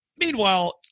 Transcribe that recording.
Meanwhile